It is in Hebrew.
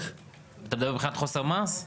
אתה מדבר מבחינת חוסר מעש?